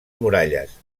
muralles